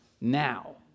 now